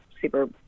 super